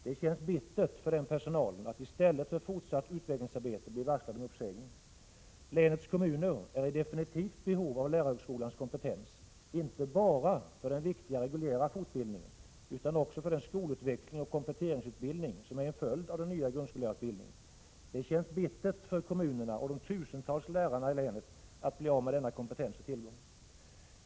Det känns bittert för den personalen att i stället för fortsatt utvecklingsarbete bli varslad om uppsägning. Länets kommuner är absolut i behov av lärarhögskolans kompetens, inte bara för den viktiga reguljära fortbildningen utan också för den skolutveckling och kompletteringsutbildning som är en följd av den nya grundskollärarutbildningen. Det känns bittert för kommunerna och för de tusentals lärarna i länet att bli av med denna kompetens och tillgång.